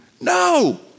No